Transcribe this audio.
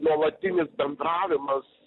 nuolatinis bendravimas